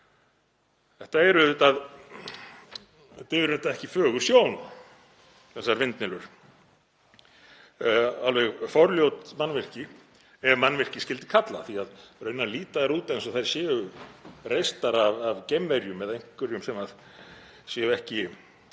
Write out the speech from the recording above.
Þetta er auðvitað ekki fögur sjón, þessar vindmyllur, alveg forljótt mannvirki ef mannvirki skyldi kalla því að raunar líta þær út eins og þær séu reistar af geimverum eða einhverjum sem eru ekki